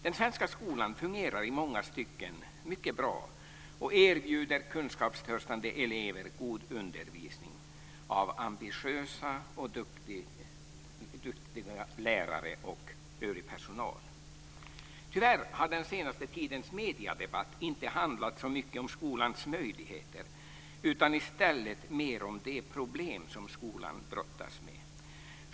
Den svenska skolan fungerar i många stycken mycket bra och erbjuder kunskapstörstande elever god undervisning av ambitiösa och duktiga lärare och övrig personal. Tyvärr har den senaste tidens mediedebatt inte handlat så mycket om skolans möjligheter, utan i stället mer om de problem som skolan brottas med.